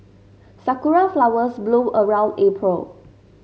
sakura flowers bloom around April